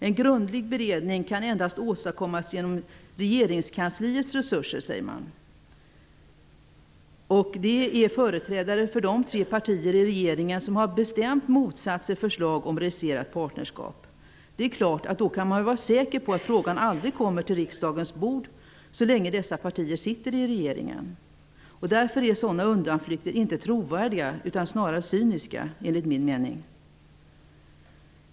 En grundlig beredning kan åstadkommas endast genom regeringskansliets resurser, säger företrädarna för de tre partier i regeringen som har bestämt motsatt sig förslag om registrerat parnerskap. Det är klart att man då kan vara säker på att frågan aldrig kommer på riksdagens bord, så länge dessa partier sitter i regeringen. Därför är sådana undanflykter inte trovärdiga utan snarare cyniska, enligt min mening.